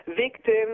victims